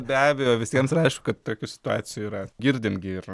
be abejo visiems yra aišku kad tokių situacijų yra girdim gi ir